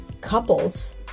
couples